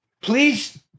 Please